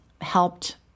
helped